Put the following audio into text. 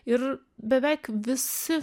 ir beveik visi